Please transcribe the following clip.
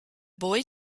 boy